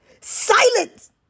silence